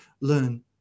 learn